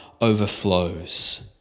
overflows